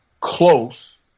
close